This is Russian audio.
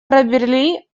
пробрели